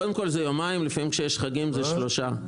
זה יומיים, לפעמים כשיש חגים זה שלושה.